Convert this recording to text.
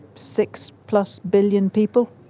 six plus billion people,